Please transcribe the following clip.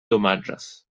domaĝas